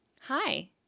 Hi